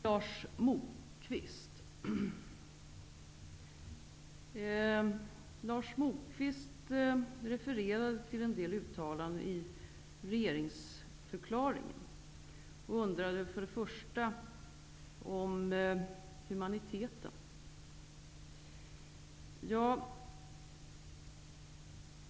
Lars Moquist refererade till en del uttalanden i regeringsförklaringen och undrade först och främst om humaniteten.